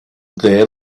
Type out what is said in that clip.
there